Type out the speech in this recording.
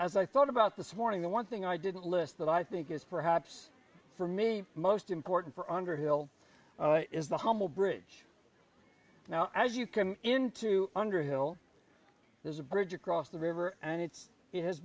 as i thought about this morning the one thing i didn't list that i think is perhaps for me most important for underhill is the humble bridge now as you can into underhill there's a bridge across the river and it's